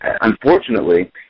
unfortunately